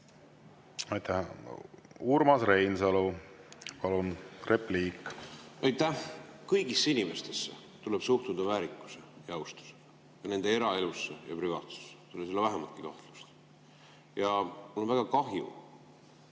Aitäh! Urmas Reinsalu, palun, repliik! Aitäh! Kõigisse inimestesse tuleb suhtuda väärikuse ja austusega, nende eraelusse ja pirvaatsusse. Selles ei ole vähimatki kahtlust. Mul on väga kahju,